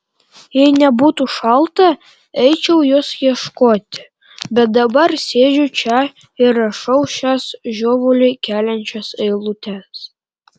jei nebūtų šalta eičiau jos ieškoti bet dabar sėdžiu čia ir rašau šias žiovulį keliančias eilutes